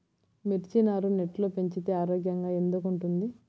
మిర్చి నారు నెట్లో పెంచితే ఆరోగ్యంగా ఎందుకు ఉంటుంది?